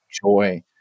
joy